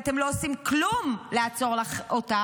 כי אתם לא עושים כלום לעצור אותם,